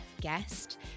guest